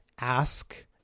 ask